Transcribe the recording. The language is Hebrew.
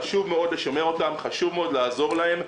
חשוב מאוד לשמר אותם, חשוב מאוד לעזור להם.